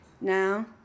Now